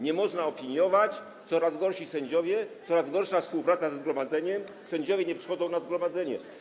Nie można opiniować, coraz gorsi sędziowie, coraz gorsza współpraca ze zgromadzeniem, sędziowie nie przychodzą na zgromadzenie.